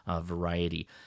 Variety